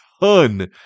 ton